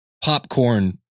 popcorn